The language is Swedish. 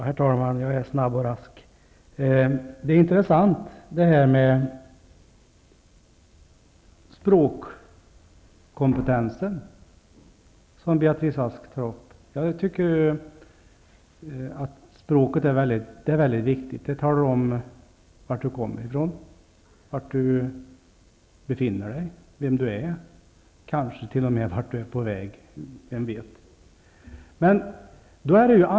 Herr talman! Jag är snabb och rask. Detta med språkkompetensen som Beatrice Ask tar upp är intressant. Jag tycker att språket är mycket viktigt. Det talar om varifrån du kommer, var du befinner dig, vem du är och kanske t.o.m. vart du är på väg. -- vem vet?